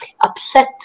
upset